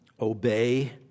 obey